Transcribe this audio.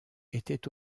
était